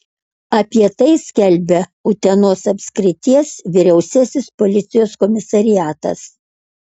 apie tai skelbia utenos apskrities vyriausiasis policijos komisariatas